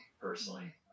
personally